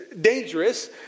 dangerous